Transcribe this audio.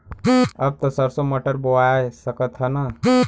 अब त सरसो मटर बोआय सकत ह न?